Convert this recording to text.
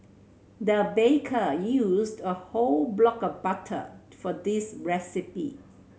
the baker used a whole block of butter for this recipe